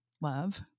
love